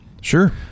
Sure